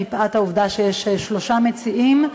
מפאת העובדה שיש שלושה מציעים,